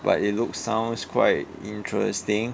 but it look sounds quite interesting